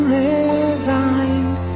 resigned